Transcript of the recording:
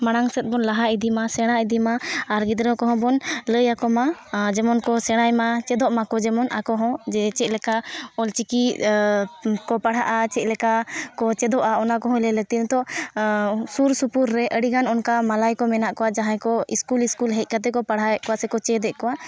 ᱢᱟᱲᱟᱝ ᱥᱮᱫ ᱵᱚᱱ ᱞᱟᱦᱟ ᱤᱫᱤ ᱢᱟ ᱥᱮᱬᱟ ᱤᱫᱤ ᱢᱟ ᱟᱨ ᱜᱤᱫᱽᱨᱟᱹ ᱠᱚᱦᱚᱸ ᱵᱚᱱ ᱞᱟᱹᱭ ᱟᱠᱚ ᱢᱟ ᱡᱮᱢᱚᱱ ᱠᱚ ᱥᱮᱬᱟᱭ ᱢᱟ ᱪᱮᱫᱚᱜ ᱢᱟᱠᱚ ᱡᱮᱢᱚᱱ ᱟᱠᱚ ᱦᱚᱸ ᱡᱮ ᱪᱮᱫ ᱞᱮᱠᱟ ᱚᱞ ᱪᱤᱠᱤ ᱠᱚ ᱯᱟᱲᱦᱟᱜᱼᱟ ᱪᱮᱫ ᱞᱮᱠᱟ ᱚᱱᱟ ᱠᱚᱦᱚᱸ ᱧᱮᱞ ᱞᱟᱹᱠᱛᱤ ᱱᱤᱛᱚᱜ ᱥᱩᱨ ᱥᱩᱯᱩᱨ ᱨᱮ ᱟᱹᱰᱤᱜᱟᱱ ᱚᱱᱠᱟ ᱢᱟᱞᱟᱭ ᱠᱚ ᱢᱮᱱᱟᱜ ᱠᱚᱣᱟ ᱡᱟᱦᱟᱸᱭ ᱠᱚ ᱥᱠᱩᱞ ᱥᱠᱩᱞ ᱦᱮᱡ ᱠᱟᱛᱮ ᱠᱚ ᱯᱟᱲᱦᱟᱣᱮᱫ ᱠᱚᱣᱟ ᱥᱮ ᱪᱮᱫ ᱠᱚᱣᱟ